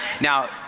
Now